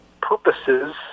purposes